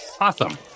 Awesome